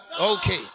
Okay